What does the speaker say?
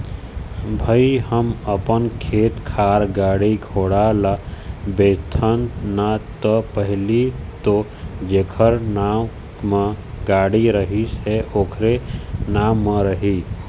भई हम अपन खेत खार, गाड़ी घोड़ा ल बेचथन ना ता पहिली तो जेखर नांव म गाड़ी रहिस हे ओखरे नाम म रही